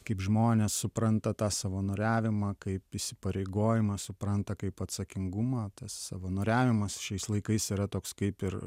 kaip žmonės supranta tą savanoriavimą kaip įsipareigojimą supranta kaip atsakingumą tas savanoriavimas šiais laikais yra toks kaip ir